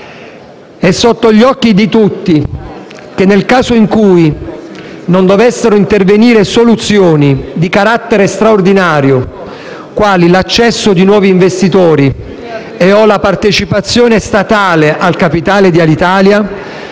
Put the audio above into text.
È sotto gli occhi di tutti che, nel caso in cui non dovessero intervenire soluzioni di carattere straordinario, quali l'accesso di nuovi investitori e/o la partecipazione statale al capitale di Alitalia,